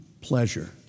pleasure